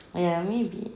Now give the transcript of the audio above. ya maybe